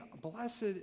blessed